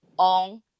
on